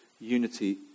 unity